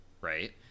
right